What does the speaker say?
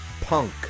Punk